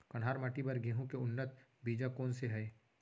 कन्हार माटी बर गेहूँ के उन्नत बीजा कोन से हे?